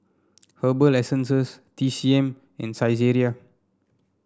Herbal Essences T C M and Saizeriya